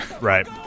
Right